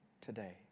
today